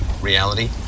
reality